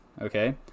okay